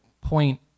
point